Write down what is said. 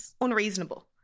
unreasonable